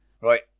Right